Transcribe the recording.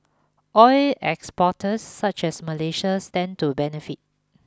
oil exporters such as Malaysia stand to benefit